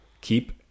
keep